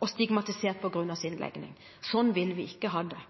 og stigmatisert på grunn av sin legning. Sånn vil vi ikke ha det.